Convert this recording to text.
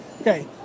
Okay